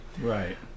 Right